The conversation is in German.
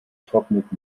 trocknet